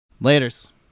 Later's